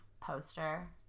poster –